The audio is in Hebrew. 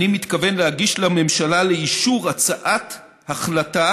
אני מתכוון להגיש לממשלה לאישור הצעת החלטה